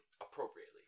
appropriately